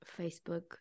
Facebook